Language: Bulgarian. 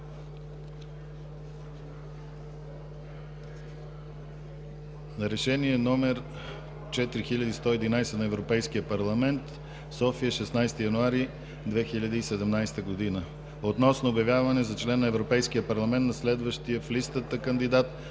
„РЕШЕНИЕ № 4111 на Европейския парламент, София, 16 януари 2017 г. относно обявяване за член на Европейския парламент на следващия в листата кандидат